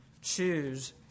choose